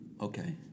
Okay